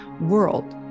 world